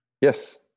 Yes